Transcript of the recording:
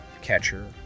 catcher